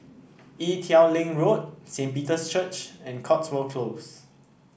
Ee Teow Leng Road Saint Peter's Church and Cotswold Close